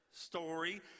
story